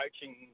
coaching